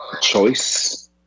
choice